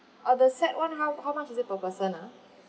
uh the set one how how much is it per person ah